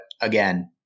again